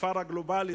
הכפר הגלובלי,